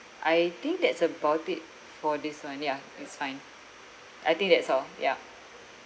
I think that's about it for this [one] ya it's fine I think that's all ya